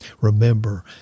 Remember